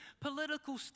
political